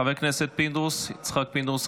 חבר הכנסת יצחק פינדרוס,